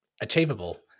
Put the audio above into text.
achievable